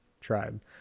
tribe